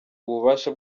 ububasha